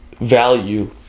value